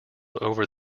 over